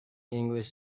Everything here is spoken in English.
english